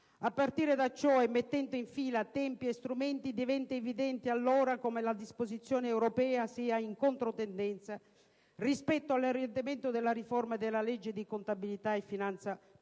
A partire da ciò e mettendo in fila tempi e strumenti, diventa evidente allora come la disposizione europea sia in controtendenza rispetto all'orientamento della riforma della legge di contabilità e finanza pubblica